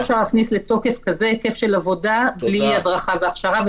אפשר להכניס לתוקף כזה היקף של עבודה בלי הדרכה והכשרה,